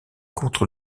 contre